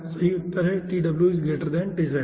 तो उत्तर है ठीक है